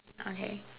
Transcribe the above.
okay